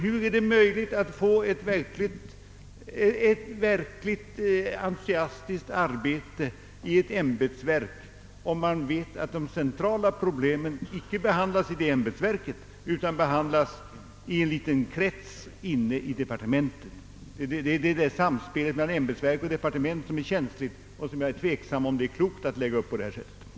Hur är det möjligt att uträtta ett verkligt entusiastiskt arbete i ett ämbetsverk, om man vet att de centrala problemen inte bearbetas där utan av en liten krets inne i departementet? Samspelet mellan ämbetsverk och departement är känsligt, och jag är övertygad om det är oklokt att lägga upp arbetet på det här sättet.